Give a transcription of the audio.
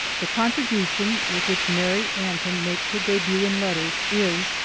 the contribution with which mary antin makes her debut in letters is,